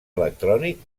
electrònic